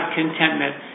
contentment